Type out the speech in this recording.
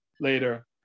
later